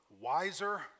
wiser